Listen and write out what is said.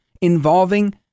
involving